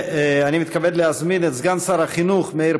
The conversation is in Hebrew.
אני מתכבד להזמין את סגן שר החינוך מאיר